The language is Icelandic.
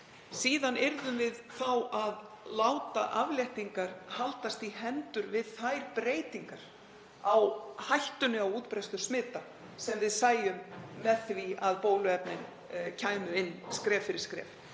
Síðan yrðum við að láta afléttingar haldast í hendur við þær breytingar á hættunni á útbreiðslu smita, sem við sæjum með því að bóluefnin kæmu inn skref fyrir skref.